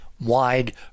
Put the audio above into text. wide